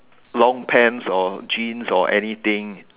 long pants or jeans or anything